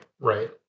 Right